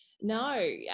No